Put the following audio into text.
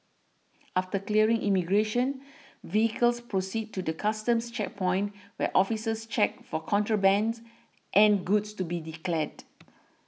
after clearing immigration vehicles proceed to the Customs checkpoint where officers check for contrabands and goods to be declared